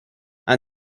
and